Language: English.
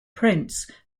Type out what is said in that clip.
prince